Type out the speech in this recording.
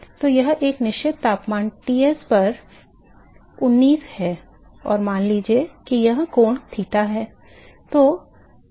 तो यह एक निश्चित तापमान Ts पर उन्नीस है और मान लीजिए कि यह कोण थीटा है